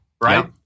right